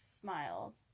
smiled